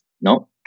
no